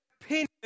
opinion